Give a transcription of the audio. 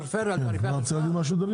אתה רוצה להגיד עוד משהו, דנינו?